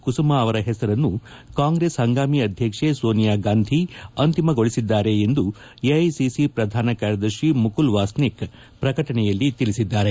ಕುಸುಮಾ ಅವರ ಹೆಸರನ್ನು ಕಾಂಗ್ರೆಸ್ ಹಂಗಾಮಿ ಅಧ್ಯಕ್ಷೆ ಸೋನಿಯಾಗಾಂಧಿ ಅಂತಿಮಗೊಳಿಸಿದ್ದಾರೆ ಎಂದು ಎಐಸಿಸಿ ಪ್ರಧಾನ ಕಾರ್ಯದರ್ಶಿ ಮುಕುಲ್ ವಾಸ್ನಿಕ್ ಪ್ರಕಟಣೆಯಲ್ಲಿ ತಿಳಿಸಿದ್ದಾರೆ